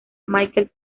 michael